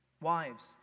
Wives